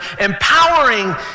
empowering